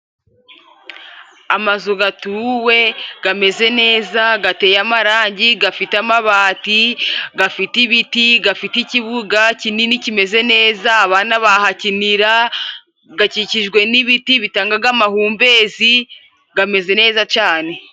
Amazu atuwe ameze neza ateye amarangi, afite amabati afite ibiti afite ikibuga kinini kimeze neza, abana bahakinira, akikijwe n'ibiti bitanga amahumbezi ameze neza cyane.